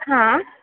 हां